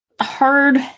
hard